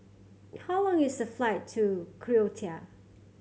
how long is the flight to Croatia